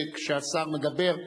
כשהשר מדבר,